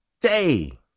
day